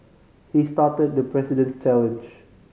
he started the President's challenge